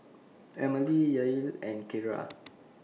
Emilie Yael and Keara